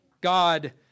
God